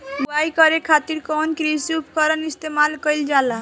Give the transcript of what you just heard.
बुआई करे खातिर कउन कृषी उपकरण इस्तेमाल कईल जाला?